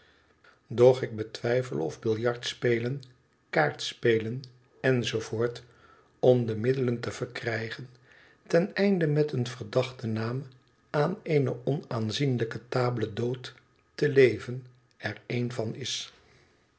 doch ik twijfel of biljartspelen kaartspelen enz om de middelen te verkrijgen ten einde met een verdachten naam aan eene onaanzienlijke table dlite te leven er een van is